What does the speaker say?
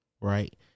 right